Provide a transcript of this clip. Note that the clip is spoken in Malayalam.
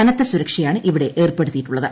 കനത്ത സുരക്ഷയാണ് ഇവിടെ ഏർപ്പെടുത്തിയിട്ടുള്ളത്